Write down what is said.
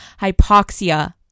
hypoxia